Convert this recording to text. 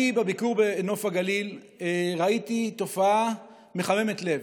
בביקור בנוף הגליל ראיתי תופעה מחממת לב.